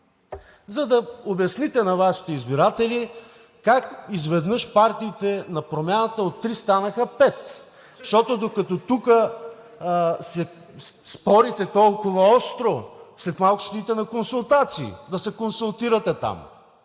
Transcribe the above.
за да обясните на Вашите избиратели как изведнъж партиите на промяната от три станаха пет, защото, докато тук спорите толкова остро, след малко ще отидете на консултации, за да се консултирате там.